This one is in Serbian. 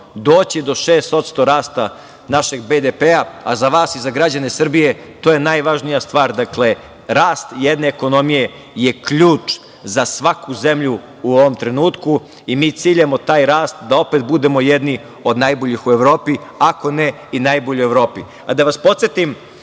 doći do 6% rasta našeg BDP-a, a za vas i za građane Srbije to je najvažnija stvar, dakle, rast jedne ekonomije je ključ za svaku zemlju u ovom trenutku i mi ciljamo taj rast da opet budemo jedni od najboljih u Evropi, ako ne i najbolji u Evropi.A da vas podsetim